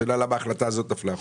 השאלה למה ההחלטה הזאת יצאה החוצה.